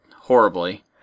horribly